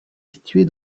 située